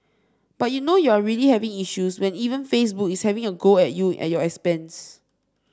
but you know you're really having issues when even Facebook is having a go at you at your expense